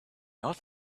not